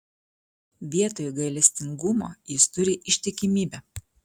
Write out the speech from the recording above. vietoj gailestingumo jis turi ištikimybę